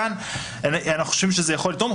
אנחנו חושבים שכאן זה יכול לתרום.